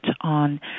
on